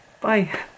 Bye